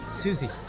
Susie